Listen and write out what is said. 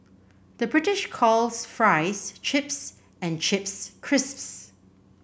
the British calls fries chips and chips crisps